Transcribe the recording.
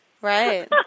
Right